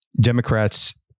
Democrats